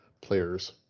players